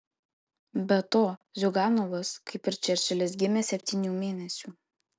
be to ziuganovas kaip ir čerčilis gimė septynių mėnesių